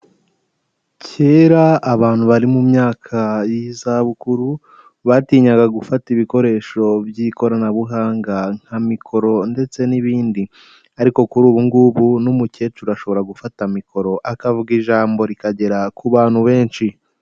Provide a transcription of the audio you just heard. Kera abantu bari mu myaka y'izabukuru, batinyaga gufata ibikoresho by'ikoranabuhanga nka mikoro ndetse n'ibindi ariko kuri ubu ngubu n'umukecuru ashobora gufata mikoro akavuga ijambo rikagera ku bantu benshi.